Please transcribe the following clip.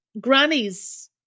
grannies